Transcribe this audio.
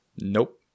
Nope